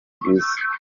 uguze